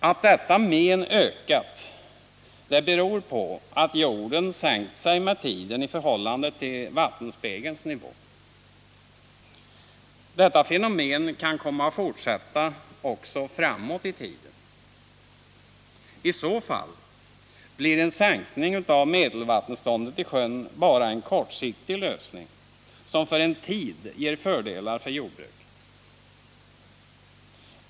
Att detta men ökat beror på att jorden sänkt sig med tiden i förhållande till vattenspegelns nivå. Detta fenomen kan komma att fortsätta också framåt i tiden. I så fall blir en sänkning av medelvattenståndet i sjön bara en kortsiktig lösning, som för en tid ger fördelar för jordbruket.